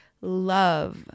love